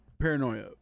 paranoia